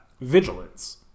vigilance